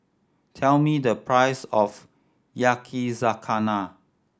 tell me the price of Yakizakana